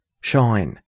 shine